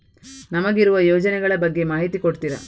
ನಮಗಿರುವ ಯೋಜನೆಗಳ ಬಗ್ಗೆ ಮಾಹಿತಿ ಕೊಡ್ತೀರಾ?